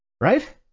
Right